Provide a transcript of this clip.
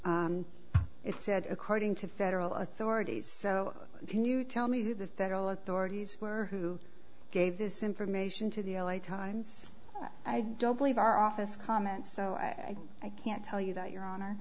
it said according to federal authorities so can you tell me the federal authorities who are who gave this information to the l a times i don't believe our office comment so i i can't tell you that your hon